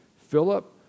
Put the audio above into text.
Philip